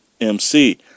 MC